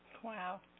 Wow